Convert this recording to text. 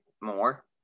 more